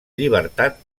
llibertat